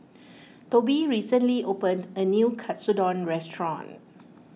Tobi recently opened a new Katsudon restaurant